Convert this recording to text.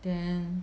then